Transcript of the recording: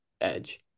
edge